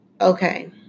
Okay